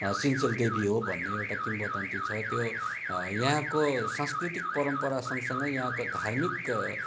सिन्चेल देवी हो भन्ने एउटा किंवदन्ती छ त्यो यहाँको सांस्कृतिक परम्परा सँगसँगै यहाँको धार्मिक